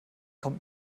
kommt